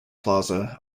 plaza